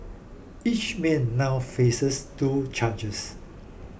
each man now faces two charges